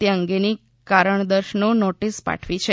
તે અંગે કારણદર્શનો નોટિસ પાઠવી છે